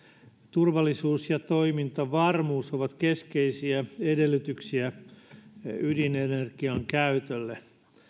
turvallisuus ja toimintavarmuus ovat keskeisiä edellytyksiä ydinenergian käytölle